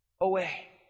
away